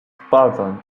spartan